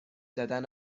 دادن